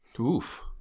Oof